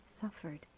suffered